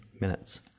minutes